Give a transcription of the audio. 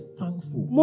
thankful